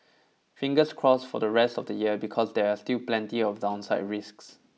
fingers crossed for the rest of the year because there are still plenty of downside risks